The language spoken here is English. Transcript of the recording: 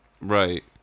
Right